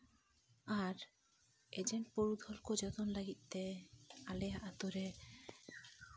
ᱟᱨ agent ᱯᱩᱨᱩᱫᱷᱩᱞ ᱠᱚ ᱡᱚᱛᱚᱱ ᱞᱟᱹᱜᱤᱫ ᱛᱮ ᱟᱞᱮᱭᱟᱜ ᱟᱹᱛᱩ ᱨᱮ